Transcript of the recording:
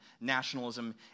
nationalism